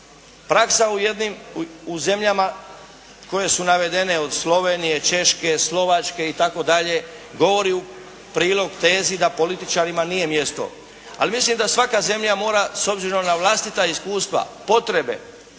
praksa u zemljama koje su navedene od Slovenije, Češke, Slovačke itd. govori u prilog tezi da političarima nije mjesto, ali mislim da svaka zemlja mora s obzirom na vlastita iskustva, potrebe